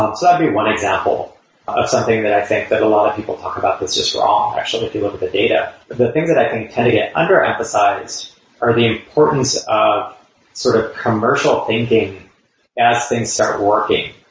um so be one example of something that i think that a lot of people talk about is just wrong, actually if you look at the data the things that i think tend to get under emphasized are the importance of sort of commercial thinking as things start working.